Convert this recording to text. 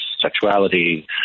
sexuality